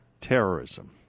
terrorism